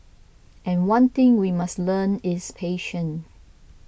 and one thing we must learn is patience